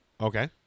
okay